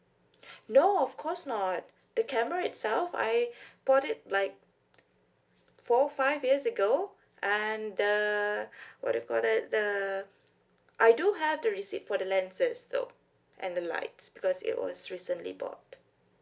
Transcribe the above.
no of course not the camera itself I bought it like four five years ago and the what you call that the I do have the receipt for the lenses thought and the lights because it was recently bought